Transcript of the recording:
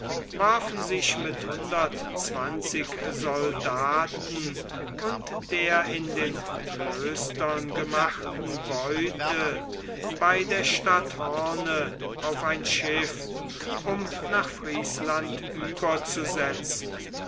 warfen sich mit hundert und zwanzig soldaten und der in den klöstern gemachten beute bei der stadt hoorn auf ein schiff um nach friesland